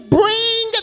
bring